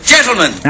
Gentlemen